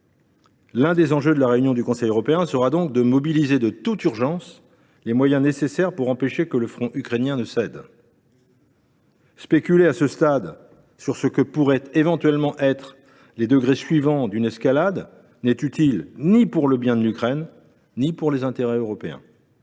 L’un des enjeux de la réunion du Conseil européen sera donc de mobiliser de toute urgence les moyens nécessaires pour empêcher que le front ukrainien ne cède. Spéculer à ce stade sur ce que pourraient éventuellement être les degrés suivants d’une escalade n’est utile ni pour le bien de l’Ukraine ni pour les intérêts européens.